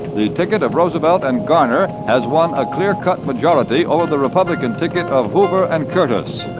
the ticket of roosevelt and garner has won a clear-cut majority over the republican ticket of hoover and curtis.